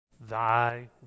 Thy